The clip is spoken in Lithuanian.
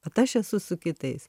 kad aš esu su kitais